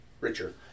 richer